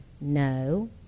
no